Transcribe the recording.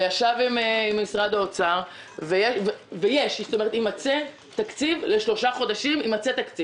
הוא ישב עם אנשי משרד האוצר ויימצא תקציב לשלושה חודשים.